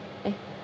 eh